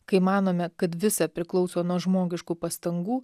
kai manome kad visa priklauso nuo žmogiškų pastangų